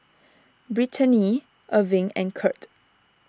Brittaney Irving and Curt